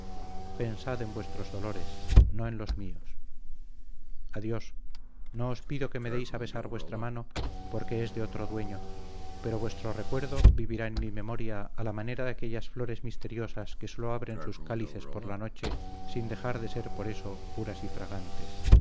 pensad en vuestros dolores no en los míos adiós no os pido que me deis a besar vuestra mano porque es de otro dueño pero vuestro recuerdo vivirá en mi memoria a la manera de aquellas flores misteriosas que sólo abren sus cálices por la noche sin dejar de ser por eso puras y fragantes